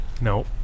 No